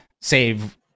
save